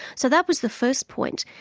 so that was the first point.